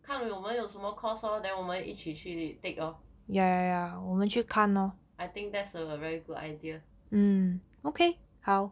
看我们有什么 course lor then 我们一起去 take lor I think that's a very good idea